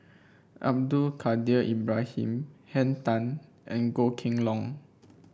Abdul Kadir Ibrahim Henn Tan and Goh Kheng Long